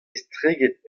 estreget